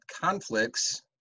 conflicts